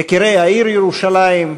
יקירי העיר ירושלים,